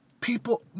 people